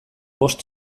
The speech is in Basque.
bost